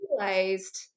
realized